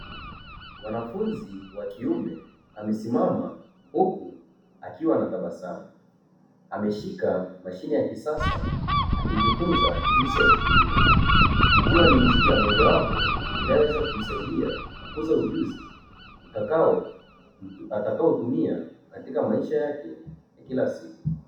Mwanafunzi wa kiume, amesimama huku akiwa anatabasamu. Ameshika mashine ya kisasa, akijifunza jinsi ya kutumia. Ikiwa ni njia mojawapo inayoweza kumsaidia kukuza ujuzi atakaotumia katika maisha yake ya kila siku.